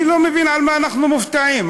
אני לא מבין ממה אנחנו מופתעים.